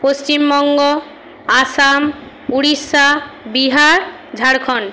Paschimbanga Assam Orissa Bihar Jharkhand